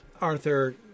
Arthur